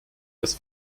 was